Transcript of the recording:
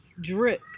drip